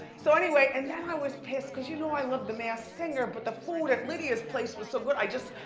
so anyway, and then i was pissed, cause you know i love the masked singer, but the food at lidia's place was so good, i just,